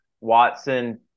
Watson